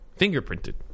fingerprinted